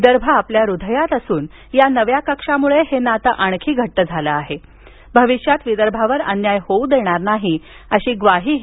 विदर्म आपल्या हृदयात असून या नव्या कक्षामुळे हे नातं आणखी घट्ट झालं आहे भविष्यात विदर्भावर अन्याय होऊ देणार नाही अशी ग्वाही त्यांनी दिली